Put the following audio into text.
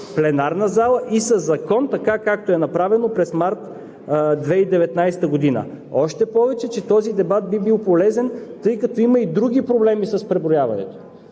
пленарна зала и със закон, както е направено през март 2019 г. Още повече, че този дебат би бил полезен, тъй като има и други проблеми с преброяването